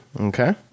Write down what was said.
okay